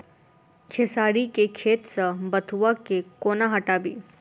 खेसारी केँ खेत सऽ बथुआ केँ कोना हटाबी